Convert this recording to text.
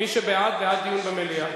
מי שבעד, בעד דיון במליאה.